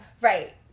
Right